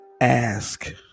Ask